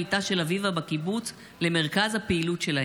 של אביבה בקיבוץ למרכז הפעילות שלהם.